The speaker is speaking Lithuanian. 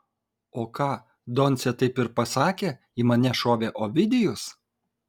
o ką doncė taip ir pasakė į mane šovė ovidijus